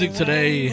today